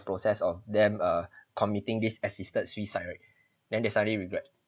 process of them err committing this assisted suicide right then they suddenly regret